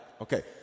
okay